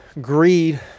greed